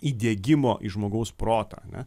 įdiegimo į žmogaus protą ane